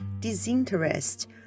disinterest